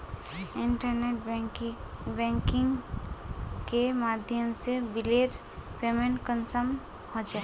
Internet banking के माध्यम से बिलेर पेमेंट कुंसम होचे?